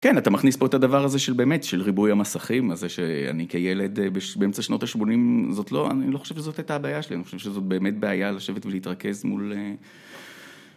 כן אתה מכניס פה את הדבר הזה של באמת של ריבוי המסכים הזה שאני כילד באמצע שנות השמונים זאת לא, אני לא חושב שזאת הייתה הבעיה שלי, אני חושב שזאת באמת בעיה לשבת ולהתרכז מול